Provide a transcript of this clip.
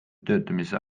töötamise